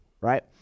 right